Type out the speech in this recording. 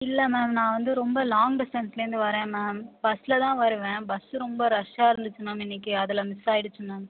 இல்லை மேம் நான் வந்து ரொம்ப லாங் டிஸ்டன்ஸ்லேருந்து வரேன் மேம் பஸ்ஸில் தான் வருவேன் பஸ் ரொம்ப ரஷ்ஷாக இருந்துச்சு மேம் இன்னைக்கு அதில் மிஸ் ஆகிடுச்சு மேம்